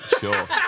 Sure